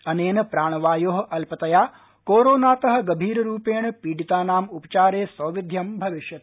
अनेन प्राणवायोः अल्पतया कोरोनातः गभीररूपेण पीडितानाम् उपचारे सौविध्यं भविष्यति